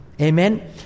Amen